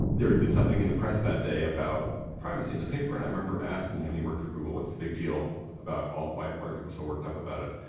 there had been something in the press that day about privacy in the paper, and i remember asking him he worked for google what's the big deal about all, why are people so worked up about it?